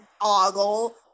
ogle